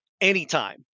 anytime